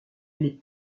allait